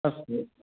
अस्तु